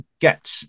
get